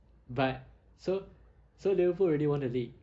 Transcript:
but so so liverpool already won the league